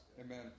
Amen